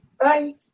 Bye